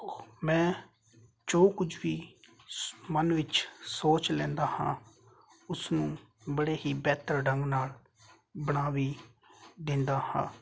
ਮੈਂ ਜੋ ਕੁਝ ਵੀ ਸ ਮਨ ਵਿੱਚ ਸੋਚ ਲੈਂਦਾ ਹਾਂ ਉਸਨੂੰ ਬੜੇ ਹੀ ਬਿਹਤਰ ਢੰਗ ਨਾਲ ਬਣਾ ਵੀ ਦਿੰਦਾ ਹਾਂ